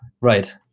Right